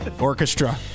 Orchestra